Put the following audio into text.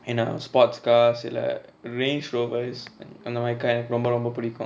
and a sports car சில:sila range rovers அந்தமாரி:anthamari car எனக்கு ரொம்ப ரொம்ப புடிக்கு:enaku romba romba pudiku